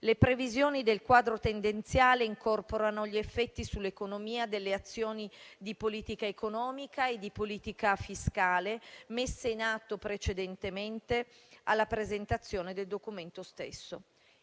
Le previsioni del quadro tendenziale incorporano gli effetti sull'economia delle azioni di politica economica e di politica fiscale messe in atto precedentemente alla presentazione del Documento stesso.